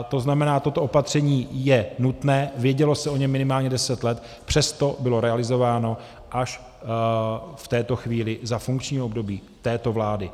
To znamená, toto opatření je nutné, vědělo se o něm minimálně deset let, přesto bylo realizováno až v této chvíli za funkčního období této vlády.